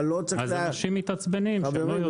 אבל לא צריך --- אז אנשים מתעצבנים שהם לא יודעים.